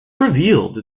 revealed